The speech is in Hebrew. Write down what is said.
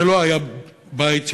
היו עוד כמה פעמים שהייתי בבית.